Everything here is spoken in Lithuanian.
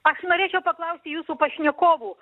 aš norėčiau paklausti jūsų pašnekovų